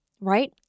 right